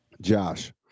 Josh